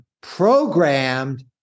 programmed